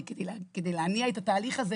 כדי להניע את התהליך הזה